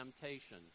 temptation